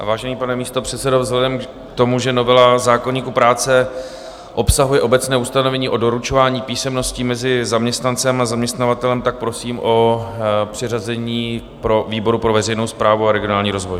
Vážený pane místopředsedo, vzhledem k tomu, že novela zákoníku práce obsahuje obecné ustanovení o doručování písemností mezi zaměstnancem a zaměstnavatelem, prosím o přiřazení výboru pro veřejnou správu a regionální rozvoj.